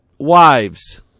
Wives